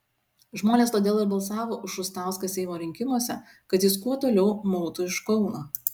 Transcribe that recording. žmonės todėl ir balsavo už šustauską seimo rinkimuose kad jis kuo toliau mautų iš kauno